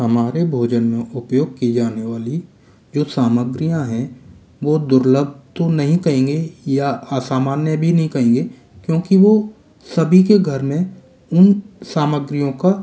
हमारे भोजन में उपयोग की जाने वाली ये सामग्रियाँ हैं वो दुर्लभ तो नहीं कहेंगे या असामान्य भी नहीं कहेंगे क्योंकि वो सभी के घर में इन सामग्रियों का